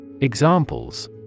Examples